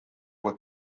were